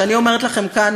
שאני אומרת לכם כאן,